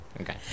okay